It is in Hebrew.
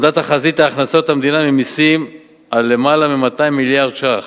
עמדה תחזית הכנסות המדינה ממסים על יותר מ-200 מיליארד שקלים.